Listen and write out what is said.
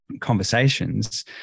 conversations